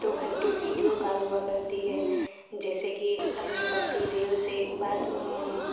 तो घन्टों video call हुआ करती है जैसे कि अपने पतिदेव से बात